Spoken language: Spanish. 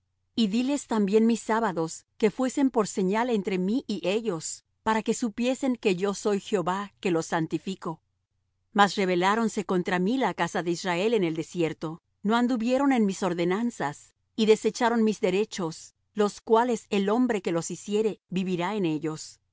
y díles también mis sábados que fuesen por señal entre mí y ellos para que supiesen que yo soy jehová que los santifico mas rebeláronse contra mí la casa de israel en el desierto no anduvieron en mis ordenanzas y desecharon mis derechos los cuales el hombre que los hiciere vivirá en ellos